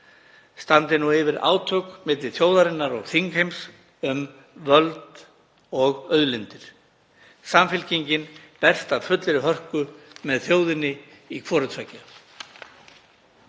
standi nú yfir átök milli þjóðarinnar og þingheims um völd og auðlindir. Samfylkingin berst af fullri hörku með þjóðinni í hvoru tveggja.